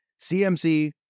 CMC